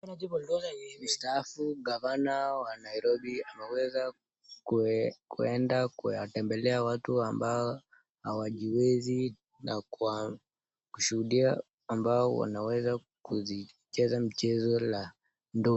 Mstaafu gavana wa Nairobi ameweza kuenda kuyatembelea watu ambao hawajiwezi na kuwashuhudia ambao wanaweza kuzicheza michezo la do...